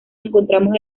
encontramos